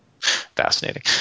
Fascinating